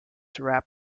rap